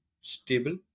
stable